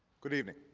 good evening.